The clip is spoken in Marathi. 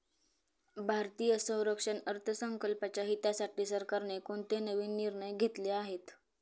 भारतीय संरक्षण अर्थसंकल्पाच्या हितासाठी सरकारने कोणते नवीन निर्णय घेतले आहेत?